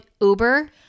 uber